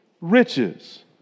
riches